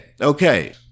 Okay